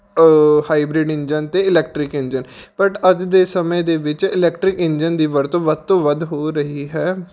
hybrid engine ਅਤੇ electric engine but ਅੱਜ ਦੇ ਸਮੇਂ ਦੇ ਵਿੱਚ ਇਲੈਕਟਰਿਕ ਇੰਜਨ ਦੀ ਵਰਤੋਂ ਵੱਧ ਤੋਂ ਵੱਧ ਹੋ ਰਹੀ ਹੈ